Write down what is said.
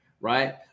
right